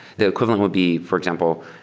the equivalent would be, for example,